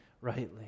rightly